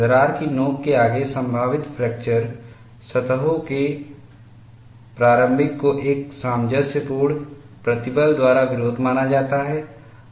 दरार की नोक के आगे संभावित फ्रैक्चर सतहों के प्रारंभिक को एक सामंजस्यपूर्ण प्रतिबल द्वारा विरोध माना जाता है